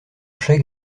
chaque